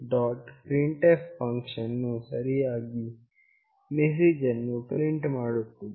printf function ವು ಸರಿಯಾದ message ಅನ್ನು ಪ್ರಿಂಟ್ ಮಾಡುತ್ತದೆ